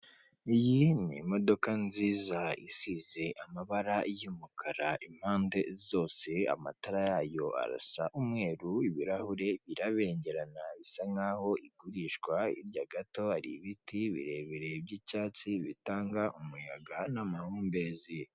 Iyi ni imodoka nziza isize amabara y'umukara impande zose. Amatara yayo arasa umweru ibirahure, birabengerana. Bisa nk'aho igurishwa hirya gato. Hari ibiti birebire by'icyatsi bitanga umuyaga n'amahumbezi.